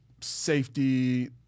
safety